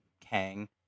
kang